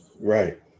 Right